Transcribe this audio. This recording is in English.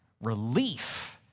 Relief